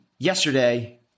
Yesterday